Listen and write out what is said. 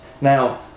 Now